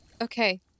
okay